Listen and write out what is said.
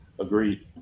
agreed